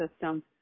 system